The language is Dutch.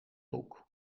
broek